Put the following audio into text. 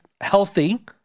healthy